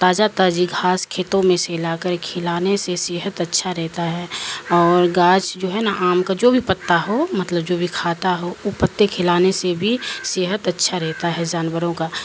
تازہ تازی گھاس کھیتوں میں سلا کر کھلانے سے صحت اچھا رہتا ہے اور گاھ جو ہے نا آم کا جو بھی پتا ہو مطلب جو بھی کھاتا ہو وہ پتے کھلانے سے بھی صحت اچھا رہتا ہے جانوروں کا